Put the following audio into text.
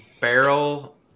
Barrel